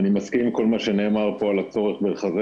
אני מסכים עם כל מה שנאמר פה על הצורך לחזק